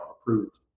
approved